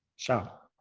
shop.